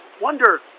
wonder